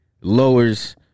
lowers